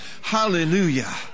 hallelujah